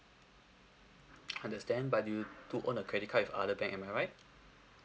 understand but you do own a credit card with other bank am I right